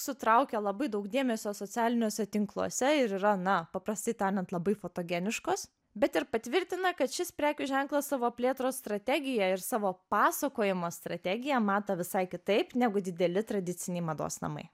sutraukia labai daug dėmesio socialiniuose tinkluose ir yra na paprastai tariant labai fotogeniškos bet ir patvirtina kad šis prekių ženklas savo plėtros strategiją ir savo pasakojimo strategiją mato visai kitaip negu dideli tradiciniai mados namai